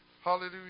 Hallelujah